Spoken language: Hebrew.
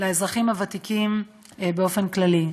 לאזרחים הוותיקים באופן כללי.